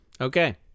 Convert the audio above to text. Okay